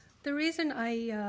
the reason i